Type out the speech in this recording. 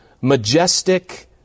majestic